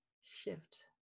shift